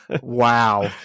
Wow